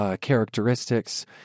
Characteristics